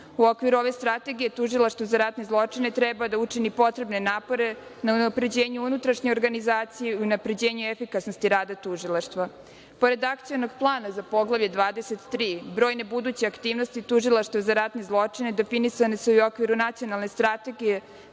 okviru ove strategije Tužilaštvo za ratne zločine treba da učini potrebne napore na unapređenju unutrašnje organizacije i unapređenje efikasnosti rada tužilaštva. Pored akcionog plana za poglavlje 23, brojne buduće aktivnosti Tužilaštva za ratne zločine definisane su i u okviru Nacionalne strategije